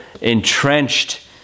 entrenched